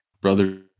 brother